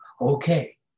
okay